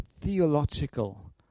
theological